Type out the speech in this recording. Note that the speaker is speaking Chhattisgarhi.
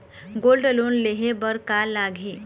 गोल्ड लोन लेहे बर का लगही?